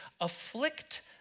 afflict